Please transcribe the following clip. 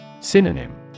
Synonym